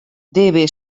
debe